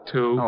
Two